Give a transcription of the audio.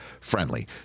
friendly